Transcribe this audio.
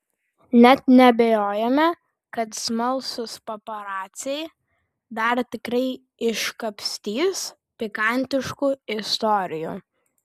net neabejojame kad smalsūs paparaciai dar tikrai iškapstys pikantiškų istorijų